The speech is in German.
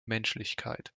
menschlichkeit